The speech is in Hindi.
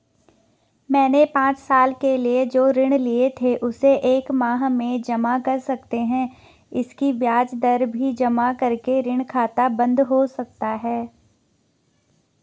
मैंने पांच साल के लिए जो ऋण लिए थे उसे एक माह में जमा कर सकते हैं इसकी ब्याज दर भी जमा करके ऋण खाता बन्द हो सकता है?